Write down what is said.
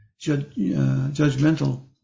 judgmental